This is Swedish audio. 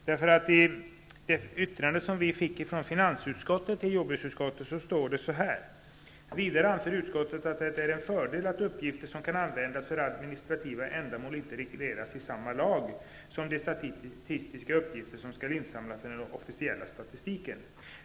I det yttrande jordbruksutskottet fick från finansutskottet står: ''Det är därför en fördel som utskottet ser det att uppgifter som kan användas för administrativa ändamål inte regleras i samma lag som de statistiska uppgifter som skall insamlas för den officiella statistiken.